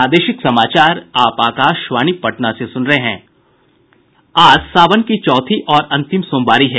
आज सावन की चौथी और अंतिम सोमवारी है